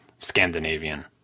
scandinavian